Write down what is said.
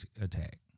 attack